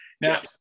Now